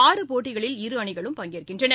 ஆறு போட்டிகளில் இரு அணிகளும் பங்கேற்கின்றன